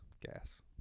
gas